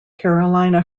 carolina